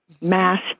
mass